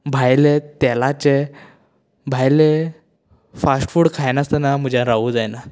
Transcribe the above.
भायलें तेलाचें भायलें फास्ट फूड खायनासतना म्हज्यान रावूंक जायना